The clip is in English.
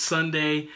Sunday